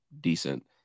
decent